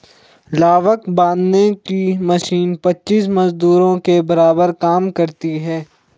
लावक बांधने की मशीन पच्चीस मजदूरों के बराबर काम करती है